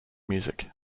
music